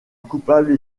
coupable